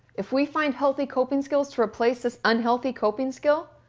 if we find healthy coping skills to replace this unhealthy coping skill,